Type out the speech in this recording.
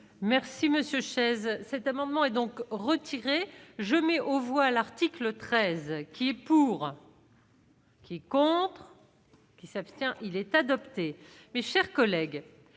Merci monsieur chaise, cet amendement est donc retiré je mets aux voix, l'article 13 qui est pour. Qui compte. Qui s'abstient, il est adopté, mes chers collègues